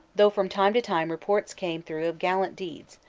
though from time to time reports came through of gallant deeds,